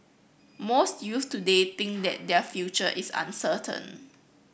most youths today think that their future is uncertain